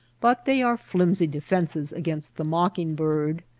but they are flimsy defences against the mocking-bird.